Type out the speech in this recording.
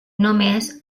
només